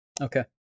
Okay